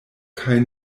kaj